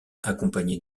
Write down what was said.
accompagné